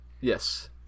Yes